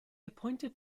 appointed